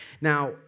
Now